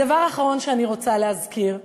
דבר אחרון שאני רוצה להזכיר,